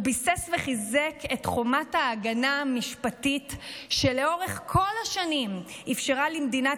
ביסס וחיזק את חומת ההגנה המשפטית שלאורך כל השנים אפשרה למדינת